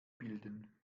bilden